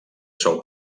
sol